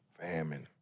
Famine